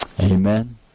Amen